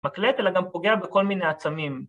אלא גם פוגע בכל מיני עצמים.